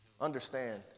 Understand